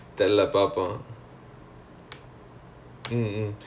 oh I heard there's lots of like presentations